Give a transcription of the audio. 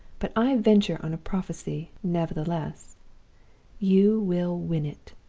but i venture on a prophecy, nevertheless you will win it!